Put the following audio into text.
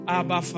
Abba